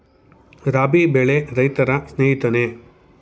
ರಾಬಿ ಬೆಳೆ ರೈತರ ಸ್ನೇಹಿತನೇ?